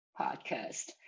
podcast